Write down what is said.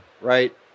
right